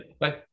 Bye